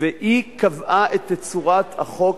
והיא קבעה את תצורת החוק,